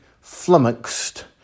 flummoxed